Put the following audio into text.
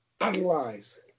analyze